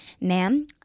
ma'am